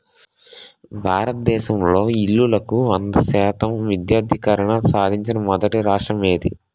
భారతదేశంలో ఇల్లులకు వంద శాతం విద్యుద్దీకరణ సాధించిన మొదటి రాష్ట్రం ఏది?